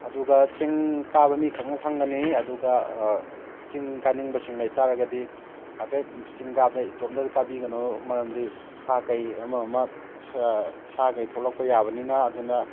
ꯑꯗꯨꯒ ꯆꯤꯡ ꯀꯥꯕ ꯃꯤꯈꯛꯅ ꯈꯪꯒꯅꯤ ꯑꯗꯨꯒ ꯆꯤꯡ ꯀꯥꯅꯤꯡꯕꯁꯤꯡ ꯂꯩ ꯇꯥꯔꯒꯗꯤ ꯍꯥꯏꯐꯦꯠ ꯆꯤꯡ ꯀꯥꯕꯗ ꯏꯇꯣꯝꯇꯗꯤ ꯀꯥꯕꯤꯒꯅꯨ ꯃꯔꯝꯗꯤ ꯁꯥ ꯀꯩ ꯑꯃ ꯑꯃ ꯁꯥ ꯀꯩ ꯊꯣꯛꯂꯛꯄ ꯌꯥꯕꯅꯤꯅ ꯑꯗꯨꯅ